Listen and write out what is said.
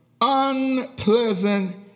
unpleasant